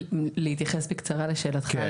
להתייחס בקצרה לשאלתך השנייה?